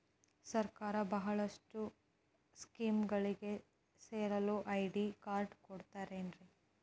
ಸರ್ಕಾರದ ಬಹಳಷ್ಟು ಸ್ಕೇಮುಗಳಿಗೆ ಸೇರಲು ಐ.ಡಿ ಕಾರ್ಡ್ ಕೊಡುತ್ತಾರೇನ್ರಿ?